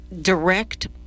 direct